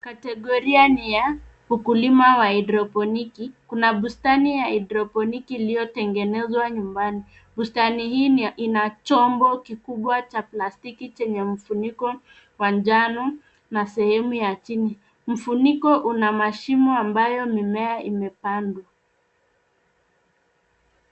Kategoria ni ya ukulima wa haidroponiki. Kuna bustani ya haidroponiki iliyotengenezwa nyumbani. Bustani hii ina chombo kikubwa cha plastiki chenye mfuniko wa njano na sehemu ya chini. Mfuniko una mashimo ambayo mimea imepandwa.